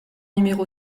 numéro